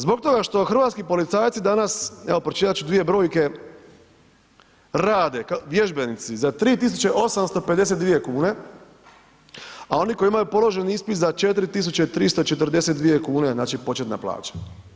Zbog toga što hrvatski policajci dana, evo pročitati ću dvije brojke, rade, vježbenici za 3852 kune a oni koji imaju ispit za 4342 kune, znači početna plaća.